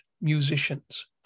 musicians